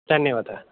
धन्यवादः